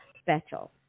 Special